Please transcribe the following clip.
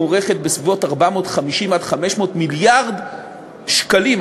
מוערכת ב-450 500 מיליארד שקלים,